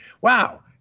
Wow